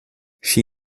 she